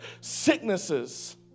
sicknesses